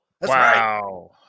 Wow